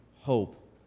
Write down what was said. hope